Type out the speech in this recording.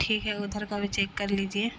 ٹھیک ہے ادھر کا بھی چیک کر لیجیے